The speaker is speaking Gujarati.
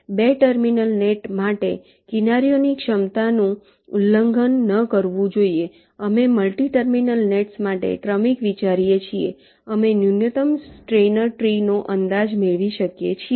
2 ટર્મિનલ નેટ માટે કિનારીઓની ક્ષમતાઓનું ઉલ્લંઘન ન કરવું જોઈએ અમે મલ્ટી ટર્મિનલ નેટ્સ માટે ક્રમિક વિચારીએ છીએ અમે ન્યૂનતમ સ્ટેઇનર ટ્રીનો અંદાજ મેળવી શકીએ છીએ